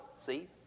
see